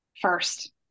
first